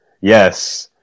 Yes